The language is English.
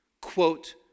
quote